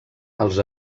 els